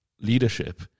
leadership